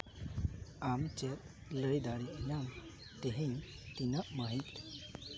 ᱟᱢ ᱪᱮᱫ ᱞᱟᱹᱭ ᱫᱟᱲᱮᱭᱤᱧᱟᱹᱢ ᱛᱮᱦᱮᱧ ᱛᱤᱱᱟᱹᱜ ᱢᱟᱹᱦᱤᱛ